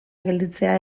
gelditzea